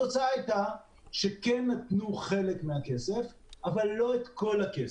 התוצאה הייתה שכן נתנו חלק מהכסף אבל לא את כל הכסף.